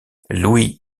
louis